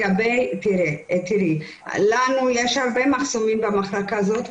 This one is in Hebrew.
הרבה פעמים אלה גם לא חולים,